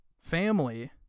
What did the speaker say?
Family